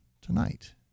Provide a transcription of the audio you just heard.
tonight